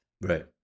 right